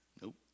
Nope